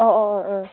ꯑꯧ ꯑꯧ ꯑ ꯑ